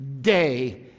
day